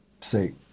say